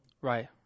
Right